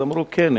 אז אמרו: כן,